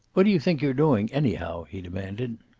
what do you think you're doing, anyhow? he demanded.